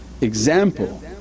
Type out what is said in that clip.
example